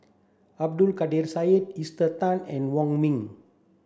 Abdul Kadir Syed Esther Tan and Wong Ming